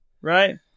right